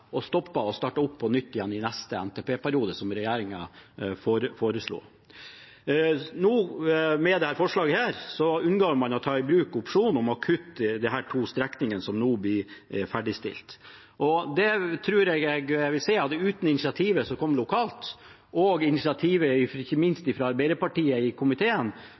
å stoppe og starte opp på nytt i neste NTP-periode, slik regjeringen foreslo. Med dette forslaget unngår man å ta i bruk opsjonen om å kutte disse to strekningene, som nå blir ferdigstilt. Jeg tror at uten initiativet lokalt og ikke minst initiativet fra Arbeiderpartiet i komiteen hadde vi ikke hatt denne saken på bordet i